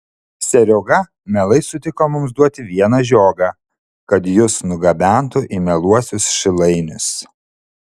serioga mielai sutiko mums duoti vieną žiogą kad jus nugabentų į mieluosius šilainius